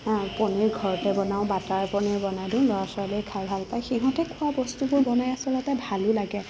পনীৰ ঘৰতে বনাও বাটাৰ পনীৰ বনাই দিওঁ ল'ৰা ছোৱালীয়ে খাই ভাল পায় সিহঁতে খোৱা বস্তুবোৰ বনাই আচলতে ভালো লাগে